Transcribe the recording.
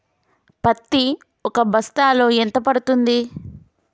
పత్తి ఒక బస్తాలో ఎంత పడ్తుంది?